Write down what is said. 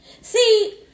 See